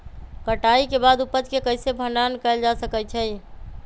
कटाई के बाद उपज के कईसे भंडारण कएल जा सकई छी?